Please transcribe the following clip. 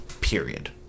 Period